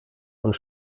und